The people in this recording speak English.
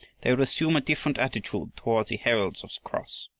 they would assume a different attitude toward the heralds of the cross.